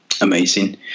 amazing